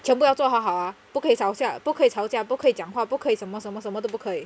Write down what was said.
全部要做好好啊不可以吵架不可以吵架不可以讲话不可以什么什么什么都不可以